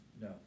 no